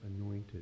anointed